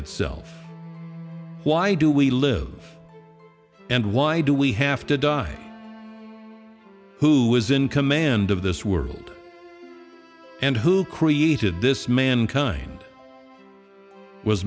itself why do we live and why do we have to die who was in command of this world and who created this mankind was